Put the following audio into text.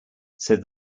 said